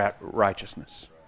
righteousness